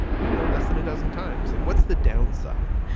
you know, less than a dozen times? what's the downside?